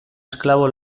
esklabo